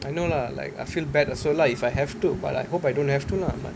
I know lah like I feel bad also lah if I have to but I hope I don't have to lah but